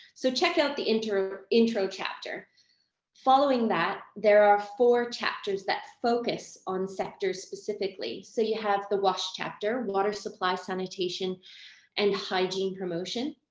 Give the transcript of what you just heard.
so check out the entire intro chapter following that. there are four chapters that focus on sectors specifically. so you have the wash chapter, water supply, sanitation and hygiene promotion.